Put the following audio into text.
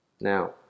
Now